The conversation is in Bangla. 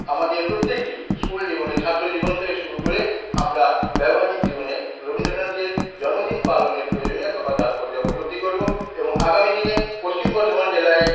আমাদের প্রত্যেকটি স্কুল জীবনে ছাত্র জীবন থেকে শুরু করে আমরা ব্যবহারিক জীবনে রবীন্দ্রনাথের জন্মদিন পালনের প্রয়োজনীয়তা বা তাৎপর্য উপলব্ধি করব এবং আগামী দিনে পশ্চিম বর্ধমান জেলায়